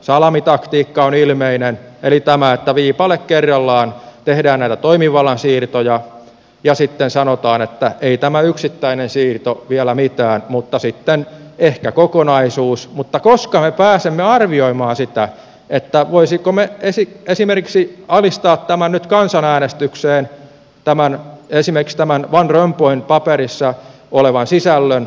salamitaktiikka on ilmeinen eli tämä että viipale kerrallaan tehdään näitä toimivallan siirtoja ja sitten sanotaan että ei tämä yksittäinen siirto vielä mitään mutta sitten ehkä kokonaisuus mutta koska me pääsemme arvioimaan sitä voisimmeko esimerkiksi alistaa nyt kansanäänestykseen tämän van rompuyn paperissa olevan sisällön